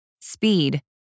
Speed